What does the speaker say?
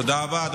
תודה רבה.